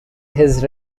his